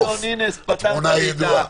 התמונה הידועה.